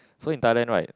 so in Thailand right